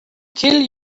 kill